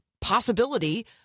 possibility